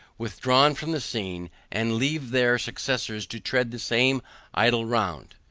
withdraw from the scene, and leave their successors to tread the same idle round.